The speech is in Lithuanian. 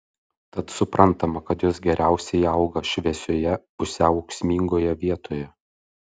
tad suprantama kad jos geriausiai auga šviesioje pusiau ūksmingoje vietoje